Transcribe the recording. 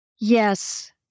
Yes